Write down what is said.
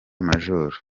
majoro